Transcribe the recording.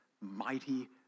mighty